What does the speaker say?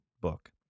book